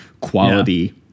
quality